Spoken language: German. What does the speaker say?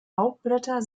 laubblätter